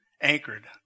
anchored